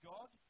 God